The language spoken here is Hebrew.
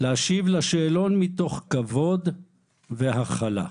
להשיב לשאלון מתוך כבוד והכלה".